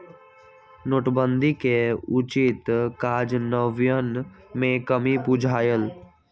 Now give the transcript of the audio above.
नोटबन्दि के उचित काजन्वयन में कम्मि बुझायल